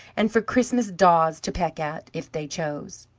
and for christmas daws to peck at, if they chose.